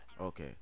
okay